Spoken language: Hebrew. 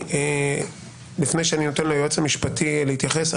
לפני שאני נותן ליועץ המשפטי להתייחס,